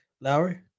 Lowry